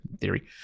theory